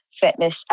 fitness